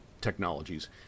technologies